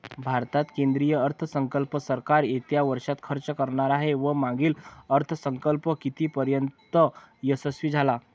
भारतात केंद्रीय अर्थसंकल्प सरकार येत्या वर्षात खर्च करणार आहे व मागील अर्थसंकल्प कितीपर्तयंत यशस्वी झाला